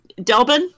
Delbin